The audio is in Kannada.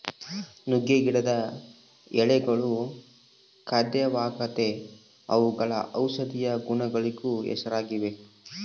ನುಗ್ಗೆ ಗಿಡದ ಎಳೆಗಳು ಖಾದ್ಯವಾಗೆತೇ ಅವುಗಳು ಔಷದಿಯ ಗುಣಗಳಿಗೂ ಹೆಸರಾಗಿವೆ